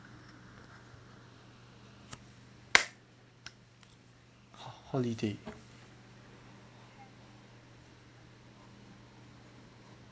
ho~ holiday